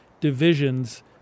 divisions